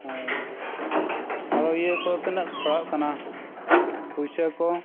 ᱦᱳᱭ ᱟᱫᱚ ᱤᱭᱟᱹ ᱠᱚ ᱛᱤᱱᱟᱹᱜ ᱯᱟᱲᱟᱜ ᱠᱟᱱᱟ ᱯᱩᱭᱥᱟᱹ ᱠᱚ